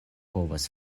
povas